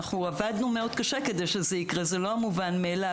עבדנו מאוד קשה כדי שזה יקרה, זה לא מובן מאליו.